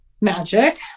magic